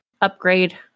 upgrade